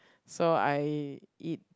so I eat